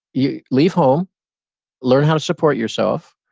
you leave home learn how to support yourself,